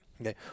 okay